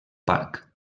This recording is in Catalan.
parc